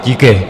Díky.